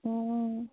অঁ